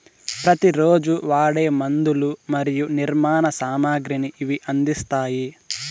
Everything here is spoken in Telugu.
ప్రతి రోజు వాడే మందులు మరియు నిర్మాణ సామాగ్రిని ఇవి అందిస్తాయి